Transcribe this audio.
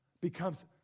becomes